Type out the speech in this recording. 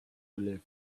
live